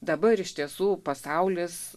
dabar iš tiesų pasaulis